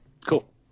Cool